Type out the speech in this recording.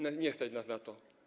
Nie stać nas na to.